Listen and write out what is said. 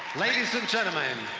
ladies and gentlemen,